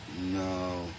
No